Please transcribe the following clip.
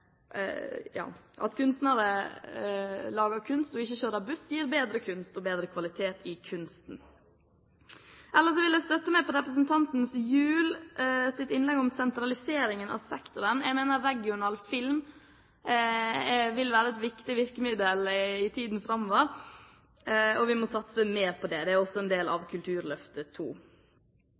At kunstnere lager kunst og ikke kjører buss, gir bedre kunst og bedre kvalitet på kunsten. Ellers vil jeg støtte meg på representanten Gjuls innlegg om sentralisering av sektoren. Jeg mener regional film vil være et viktig virkemiddel i tiden framover, og at vi må satse mer på det. Det er også en del av Kulturløftet